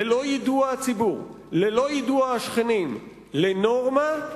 ללא יידוע הציבור, ללא יידוע השכנים, לנורמה,